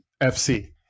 FC